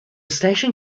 station